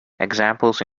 examples